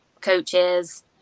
coaches